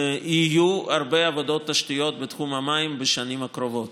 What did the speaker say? יהיו הרבה עבודות תשתית בתחום המים בשנים הקרובות,